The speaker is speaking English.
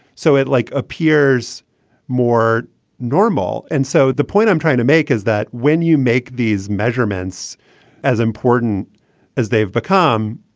so it like appears more normal. and so the point i'm trying to make is that when you make these measurements as important as they've become,